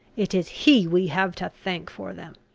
it is he we have to thank for them.